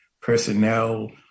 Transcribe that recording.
personnel